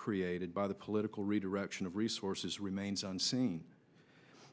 created by the political redirection of resources remains on scene